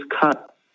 cut